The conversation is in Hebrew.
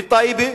בטייבה,